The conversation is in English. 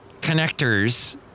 connectors